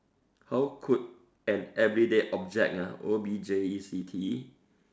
how could an everyday object ah O B J E C T